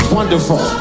Wonderful